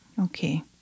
Okay